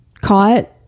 caught